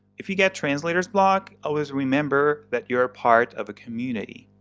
if you get translator's block, always remember that you're part of a community.